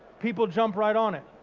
people jump right on it.